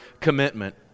commitment